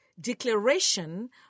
declaration